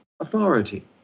authority